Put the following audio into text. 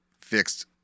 fixed